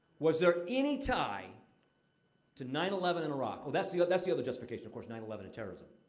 was there any tie to nine eleven in iraq? oh, that's the like that's the other justification, of course nine eleven and terrorism.